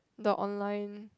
the online